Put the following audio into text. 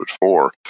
four